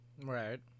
Right